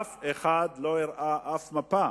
אף אחד לא הראה אף מפה,